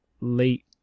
late